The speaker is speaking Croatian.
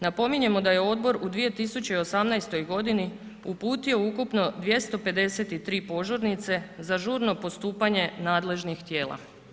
Napominjemo da je odbor u 2018. godini uputio ukupno 253 požurnice za žurno postupanje nadležnih tijela.